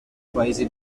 paesi